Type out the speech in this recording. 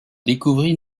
découvrit